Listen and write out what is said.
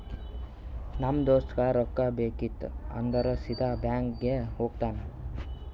ನಮ್ ದೋಸ್ತಗ್ ರೊಕ್ಕಾ ಬೇಕಿತ್ತು ಅಂದುರ್ ಸೀದಾ ಬ್ಯಾಂಕ್ಗೆ ಹೋಗ್ತಾನ